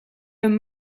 een